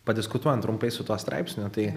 padiskutuojam trumpai su tuo straipsniu tai